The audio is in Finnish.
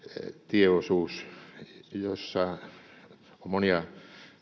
tieosuus on monia